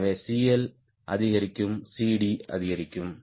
எனவே CL அதிகரிக்கும் CD அதிகரிக்கும்